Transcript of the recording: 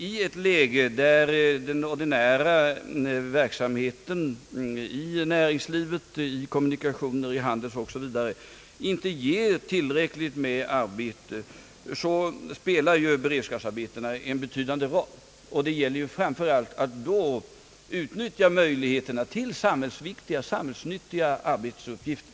I ett läge där den ordinära verksamheten inom näringslivet, kommunikationer, handel osv. inte ger tillräckligt med arbete spelar beredskapsarbetena en betydande roll. Det gäller framför allt att utnyttja möjligheterna till sam hällsviktiga och samhällsnyttiga uppgifter.